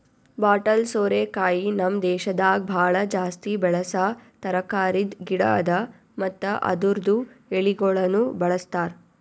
bottle ಸೋರೆಕಾಯಿ ನಮ್ ದೇಶದಾಗ್ ಭಾಳ ಜಾಸ್ತಿ ಬೆಳಸಾ ತರಕಾರಿದ್ ಗಿಡ ಅದಾ ಮತ್ತ ಅದುರ್ದು ಎಳಿಗೊಳನು ಬಳ್ಸತಾರ್